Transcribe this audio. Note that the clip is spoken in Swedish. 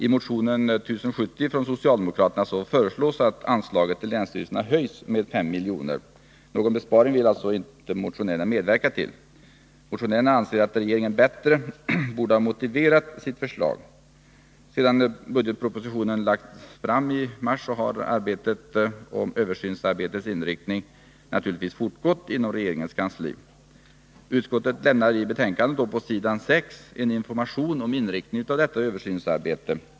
I den socialdemokratiska motionen 1070 föreslås att anslaget till länsstyrelserna höjs med 5 milj.kr. Någon besparing vill motionärerna alltså inte medverka till. Motionärerna anser att regeringen borde ha motiverat sitt förslag bättre. Sedan budgetpropositionen lades fram i mars har arbetet med översynsarbetets inriktning naturligtvis fortgått inom regeringens kansli. Utskottet lämnar i betänkandet på s. 6 information om inriktningen av översynsarbetet.